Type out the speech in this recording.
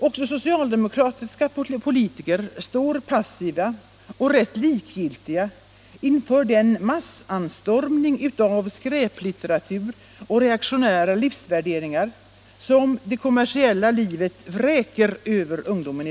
Också socialdemokratiska politiker står passiva och rätt likgiltiga inför den massanstormning av skräplitteratur och reaktionära livsvärderingar som det kommersiella livet nu vräker över ungdomen.